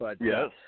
Yes